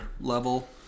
level